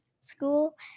school